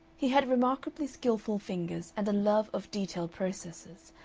he had remarkably skilful fingers and a love of detailed processes,